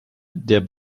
der